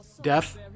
Death